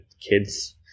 kids